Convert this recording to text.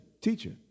teacher